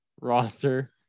roster